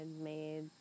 made